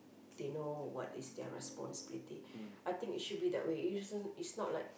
they know what is their responsibility I think it should be that way you shouldn't it's not like